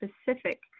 specific